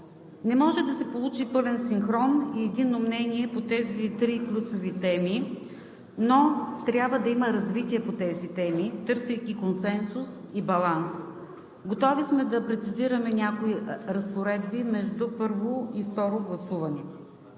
Не може да се получи пълен синхрон и единно мнение по тези три ключови теми, но трябва да има развитие по тях, търсейки консенсус и баланс. Готови сме да прецизираме някои разпоредби между първо и второ гласуване.